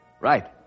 Right